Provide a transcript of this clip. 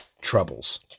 troubles